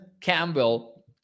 Campbell